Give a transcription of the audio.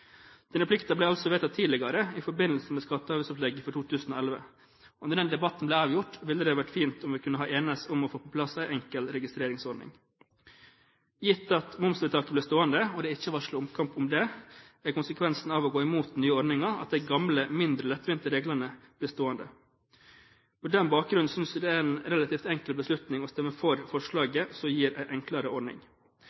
Denne plikten ble altså vedtatt tidligere, i forbindelse med skatte- og avgiftsopplegget for 2011, og da den debatten ble avgjort, ville det vært fint om vi kunne ha enes om å få på plass en enkel registreringsordning. Gitt at momsvedtaket blir stående – og det er ikke varslet omkamp om det – er konsekvensen av å gå imot den nye ordningen at de gamle, mindre lettvinte reglene blir stående. Med den bakgrunnen synes jeg det er en relativt enkel beslutning å stemme for